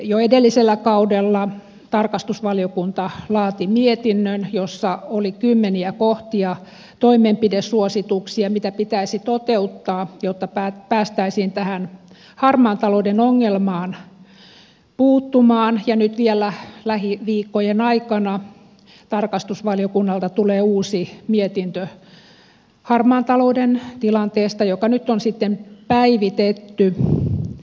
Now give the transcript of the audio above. jo edellisellä kaudella tarkastusvaliokunta laati mietinnön jossa oli kymmeniä kohtia toimenpidesuosituksia mitä pitäisi toteuttaa jotta päästäisiin tähän harmaan talouden ongelmaan puuttumaan ja nyt vielä lähiviikkojen aikana tarkastusvaliokunnalta tulee uusi mietintö harmaan talouden tilanteesta joka nyt on sitten päivitetty